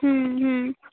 হুম হুম